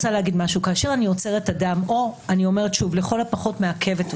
כאשר אני עוצרת אדם או לכל הפחות מעכבת אותו,